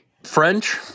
French